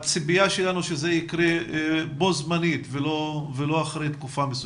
הציפייה שלנו שזה יקרה בו זמנית ולא אחרי תקופה מסוימת.